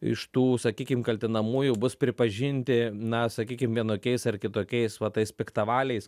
iš tų sakykim kaltinamųjų bus pripažinti na sakykim vienokiais ar kitokiais va tais piktavaliais